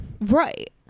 right